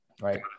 right